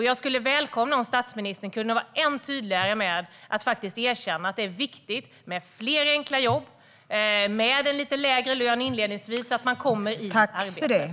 Jag skulle välkomna om statsministern kunde vara ännu tydligare med att faktiskt erkänna att det är viktigt med fler enkla jobb, inledningsvis med en lite lägre lön, så att man kommer i arbete.